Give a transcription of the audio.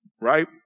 Right